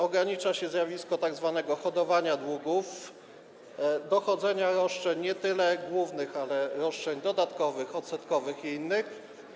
Ogranicza się zjawisko tzw. hodowania długów, dochodzenia roszczeń nie tyle głównych, ale roszczeń dodatkowych, odsetkowych i innych.